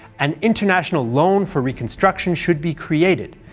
an international loan for reconstruction should be created,